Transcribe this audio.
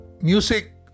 Music